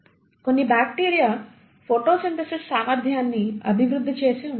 కొన్ని bacteria photosynthesis సామర్థ్యాన్ని అభివృద్ధి చేసి ఉండాలి